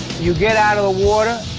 you get out of the water,